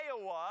Iowa